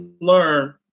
learn